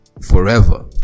forever